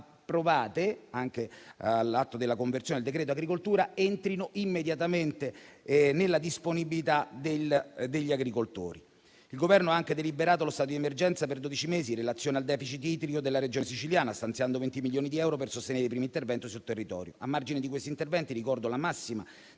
approvate, anche all'atto della conversione del decreto agricoltura, entrino immediatamente nella disponibilità degli agricoltori. Il Governo ha anche deliberato lo stato di emergenza per dodici mesi, in relazione al *deficit* idrico della Regione Siciliana, stanziando 20 milioni di euro per sostenere i primi interventi sul territorio. A margine di questi interventi, ricordo la massima